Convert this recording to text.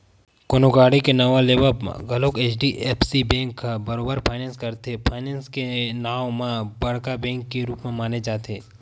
कोनो गाड़ी के नवा लेवब म घलोक एच.डी.एफ.सी बेंक ह बरोबर फायनेंस करथे, फायनेंस के नांव म बड़का बेंक के रुप माने जाथे